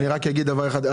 אגיד דבר אחד.